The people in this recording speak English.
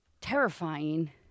terrifying